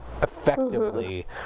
effectively